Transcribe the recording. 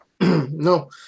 no